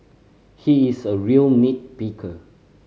he is a real nit picker